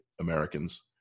Americans